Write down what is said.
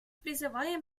призываем